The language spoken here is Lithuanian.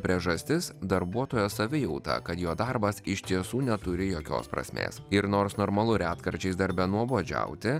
priežastis darbuotojo savijauta kad jo darbas iš tiesų neturi jokios prasmės ir nors normalu retkarčiais darbe nuobodžiauti